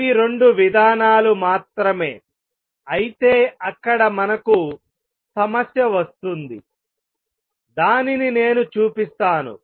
ఇవి 2 విధానాలు మాత్రమే అయితే అక్కడ మనకు సమస్య వస్తుంది దానిని నేను చూపిస్తాను